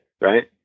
right